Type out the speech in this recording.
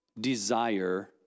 desire